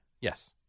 Yes